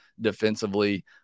defensively